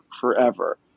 forever